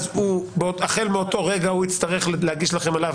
אז החל מאותו רגע הוא יצטרך להגיש לכם עליו